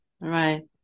right